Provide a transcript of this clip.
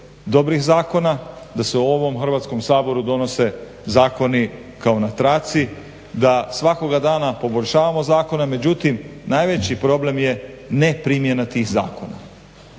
dobrih zakona, da se u ovom Hrvatskom saboru donose zakoni kao na traci, da svakog dana poboljšavamo zakone međutim najveći problem je neprimjena tih zakona.